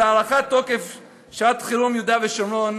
של הארכת תוקף שעת חירום יהודה ושומרון,